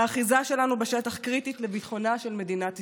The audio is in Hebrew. האחיזה שלנו בשטח קריטית לביטחונה של מדינת ישראל.